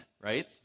right